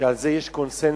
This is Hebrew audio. שעל זה יש קונסנזוס,